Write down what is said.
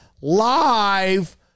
live